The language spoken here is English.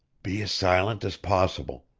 be as silent as possible.